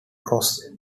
cross